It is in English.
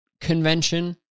convention